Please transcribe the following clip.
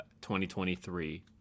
2023